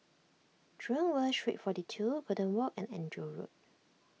Jurong West Street forty two Golden Walk and Andrew Road